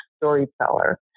storyteller